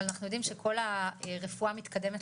אבל אנחנו יודעים שכל הרפואה מתקדמת